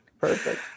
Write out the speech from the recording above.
Perfect